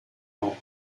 more